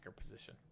position